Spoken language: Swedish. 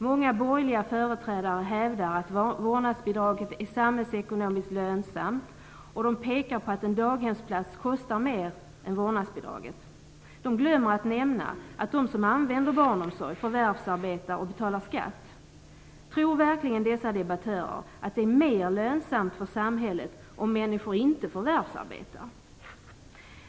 Många borgerliga företrädare hävdar att vårdnadsbidraget är samhällsekonomiskt lönsamt, och de pekar på att en daghemsplats kostar mer än vårdnadsbidraget. De glömmer att nämna att de som använder barnomsorg också förvärvsarbetar och betalar skatt. Tror verkligen dessa debattörer att det är mer lönsamt för samhället om människor inte förvärvsarbetar?